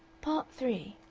part three